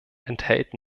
enthält